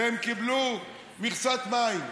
והם קיבלו מכסת מים,